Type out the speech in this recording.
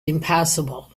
impassable